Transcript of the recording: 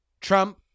Trump